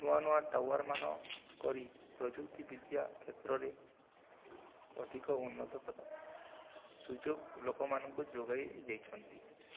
ନୂଆ ନୂଆ ଟାୱାର୍ ମାନ କରି ପ୍ରଯୁକ୍ତି ବିଦ୍ୟା କ୍ଷେତ୍ରରେ ଅଧିକ ଉନ୍ନତ ସୁଯୋଗ ଲୋକମାନଙ୍କୁ ଯୋଗାଇ ଦେଇଛନ୍ତି